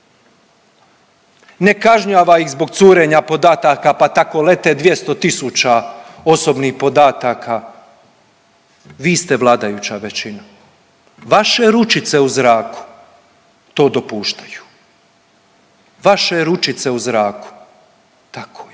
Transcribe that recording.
ne kažnjava ih zbog curenja podataka pa tako lete 200.000 osobnih podataka. Vi ste vladajuća većina vaše ručice u zraku to dopuštaju, vaše ručice u zraku. Tako je.